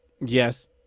Yes